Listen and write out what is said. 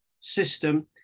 system